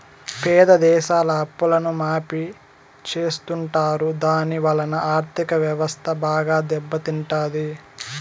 పేద దేశాల అప్పులను మాఫీ చెత్తుంటారు దాని వలన ఆర్ధిక వ్యవస్థ బాగా దెబ్బ తింటాది